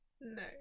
no